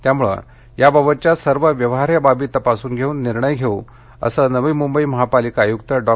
त्यामुळं याबाबतच्या सर्व व्यवहार्य बाबी तपासून निर्णय घेऊ असं नवी मुंबई महापालिका आयुकत डॉ